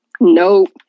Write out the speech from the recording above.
Nope